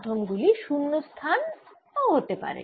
এই মাধ্যম গুলি শূন্যস্থান ও হতে পারে